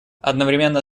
одновременно